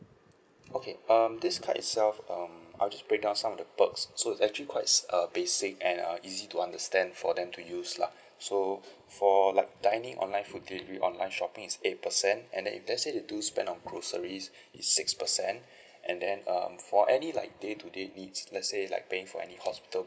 okay um this card itself um I'll just breakdown some of the perks so it's actually quite err basic and err easy to understand for them to use lah so for like dining online food delivery online shopping is eight percent and then if let's say they do spend on the groceries is six percent and then um for any like day to day needs let's say like paying for any hospital